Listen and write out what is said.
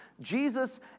Jesus